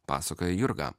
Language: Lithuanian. pasakoja jurga